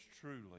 Truly